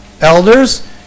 elders